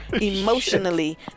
emotionally